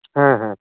ᱦᱮᱸ ᱦᱮᱸ